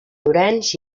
llorenç